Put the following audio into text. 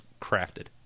crafted